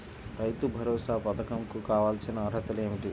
రైతు భరోసా పధకం కు కావాల్సిన అర్హతలు ఏమిటి?